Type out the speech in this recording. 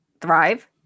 Thrive